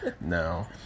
No